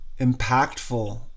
impactful